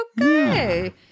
okay